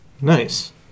Nice